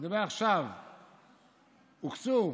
אני מדבר עכשיו, הוקצו,